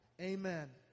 Amen